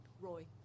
Roy